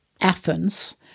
Athens